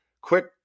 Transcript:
quick